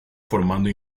formando